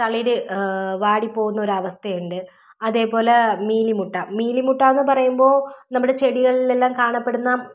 തളിർ വാടി പോകുന്ന ഒരു അവസ്ഥ ഉണ്ട് അതേപോലെ മീലിമുട്ട മീലിമുട്ട എന്ന് പറയുമ്പോൾ നമ്മൾ ചെടികളിൽ എല്ലാം കാണപ്പെടുന്ന